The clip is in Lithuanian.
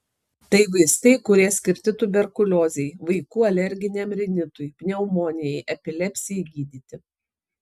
tai vaistai kurie skirti tuberkuliozei vaikų alerginiam rinitui pneumonijai epilepsijai gydyti